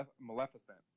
Maleficent